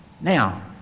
now